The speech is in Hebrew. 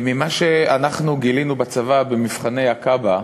אנחנו גילינו בצבא, במבחני הקב"א,